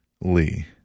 Lee